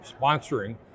sponsoring